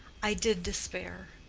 i did despair.